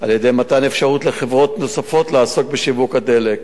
על-ידי מתן אפשרות לחברות נוספות לעסוק בשיווק הדלק.